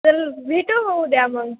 चल भेटू उद्या मग